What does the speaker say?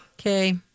Okay